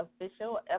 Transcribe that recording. official